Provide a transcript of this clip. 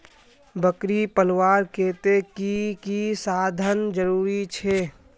बकरी पलवार केते की की साधन जरूरी छे?